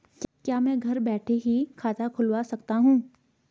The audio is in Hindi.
क्या मैं घर बैठे ही खाता खुलवा सकता हूँ?